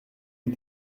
est